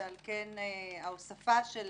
ועל כן ההוספה של